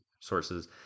Sources